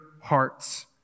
hearts